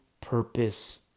purpose